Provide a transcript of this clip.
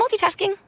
multitasking